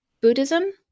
buddhism